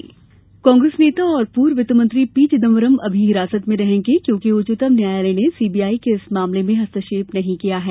चिदंबरम कांग्रेस के वरिष्ठ नेता और पूर्व केन्द्रीय वित्तमंत्री पी चिदम्बरम अभी हिरासत में रहेंगे क्योकि उच्चतम न्यायालय ने सीबीआई के इस मामले में हस्तक्षेप नहीं किया है